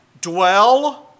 dwell